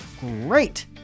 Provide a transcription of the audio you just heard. great